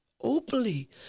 openly